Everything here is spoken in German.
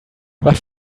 was